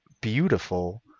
beautiful